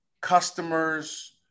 customers